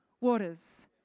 waters